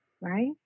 right